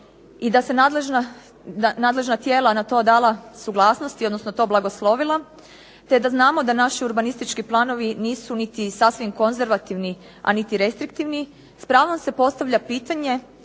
i da su nadležna tijela na to dala suglasnost odnosno to blagoslovila te da znamo da naši urbanistički planovi nisu niti sasvim konzervativni a niti restriktivni s pravom se postavlja pitanje